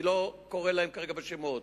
אני לא קורא להם כרגע בשמות,